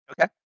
okay